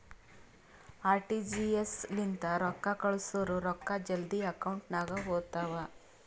RTGS ಲಿಂತ ರೊಕ್ಕಾ ಕಳ್ಸುರ್ ರೊಕ್ಕಾ ಜಲ್ದಿ ಅಕೌಂಟ್ ನಾಗ್ ಹೋತಾವ್